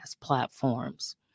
platforms